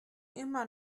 immer